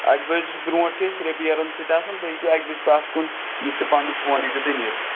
اَکہِ بَجہِ برٛونٛہہ چھِ أسۍ ریپِیَرن سۭتۍ آسان تہٕ تُہۍ ہیٚکِو اَکہِ بَجہ پتہٕ یِتھ تہٕ پَنُن فون ہیٚکِو تُہۍ نِتھ